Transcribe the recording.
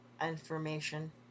information